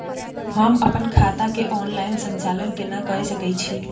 हम अपन खाता के ऑनलाइन संचालन केना के सकै छी?